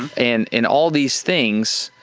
and in all these things,